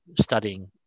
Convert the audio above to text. studying